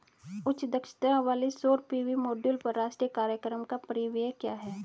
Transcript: उच्च दक्षता वाले सौर पी.वी मॉड्यूल पर राष्ट्रीय कार्यक्रम का परिव्यय क्या है?